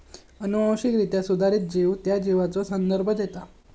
अनुवांशिकरित्या सुधारित जीव त्या जीवाचो संदर्भ देता